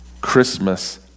Christmas